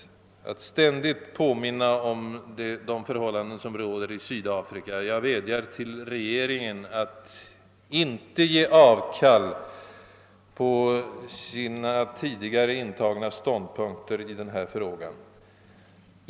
Jag vädjar till regeringen att inte ge avkall på sina tidigare intagna principiella ståndpunkter i denna fråga och ge dem till känna i FN och eljest där detta kan väntas göra intryck.